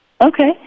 Okay